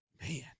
man